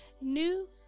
new